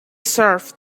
serve